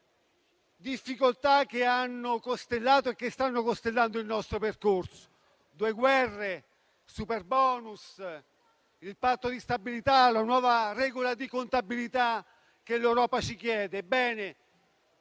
difficoltà che hanno costellato e stanno costellando il nostro percorso: due guerre, il superbonus, il Patto di stabilità, la nuova regola di contabilità che l'Europa ci chiede.